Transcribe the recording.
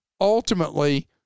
ultimately